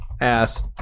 ass